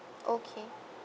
okay